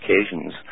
occasions